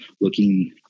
looking